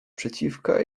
przeciwka